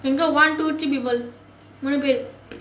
then got one two three people want to bet